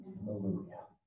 Hallelujah